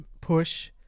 Push